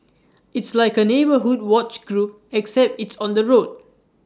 it's like A neighbourhood watch group except it's on the road